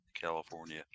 California